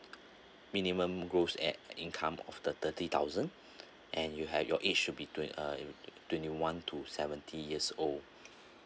minimum goes at income of the thirty thousand and you had your age should be twen~ uh twenty one to seventy years old